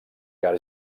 car